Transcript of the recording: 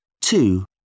Two